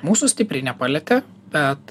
mūsų stipriai nepalietė bet